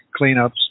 cleanups